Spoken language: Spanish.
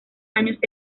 años